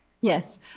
Yes